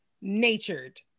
natured